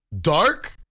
dark